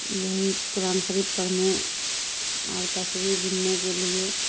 یہی قرآن شریف پڑھنے اور تسبیح گننے کے لیے